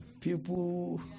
People